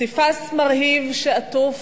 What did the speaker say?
פסיפס מרהיב שעטוף